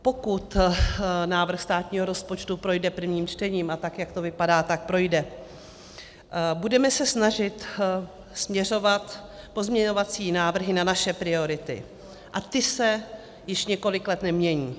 Pokud návrh státního rozpočtu projde prvním čtením, a jak to vypadá, tak projde, budeme se snažit směřovat pozměňovací návrhy na naše priority, a ty se již několik let nemění.